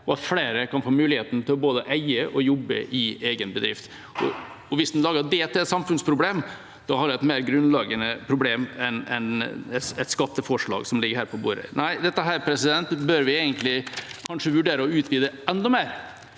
og flere kan få muligheten til både å eie og jobbe i egen bedrift. Hvis en lager det til et samfunnsproblem, da har en et mer grunnleggende problem enn det skatteforslaget som ligger på bordet her. Nei, dette bør vi egentlig kanskje vurdere å utvide enda mer,